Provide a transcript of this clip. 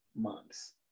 months